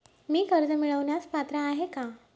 मी कर्ज मिळवण्यास पात्र आहे का?